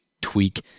tweak